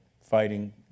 fighting